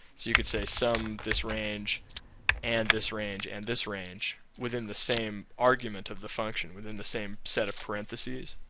you can say sum this range and this range and this range within the same argument of the function, within the same set of parentheses